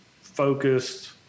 focused